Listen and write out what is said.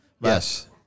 Yes